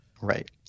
Right